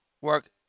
work